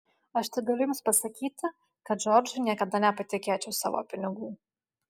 aš tik galiu jums pasakyti kad džordžui niekada nepatikėčiau savo pinigų